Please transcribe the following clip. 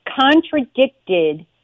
contradicted